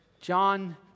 John